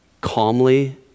calmly